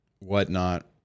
whatnot